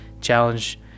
challenge